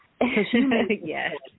Yes